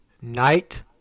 Night